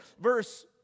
verse